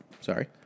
sorry